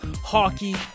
hockey